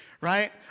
Right